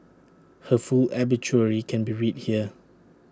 her full obituary can be read here